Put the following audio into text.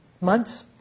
months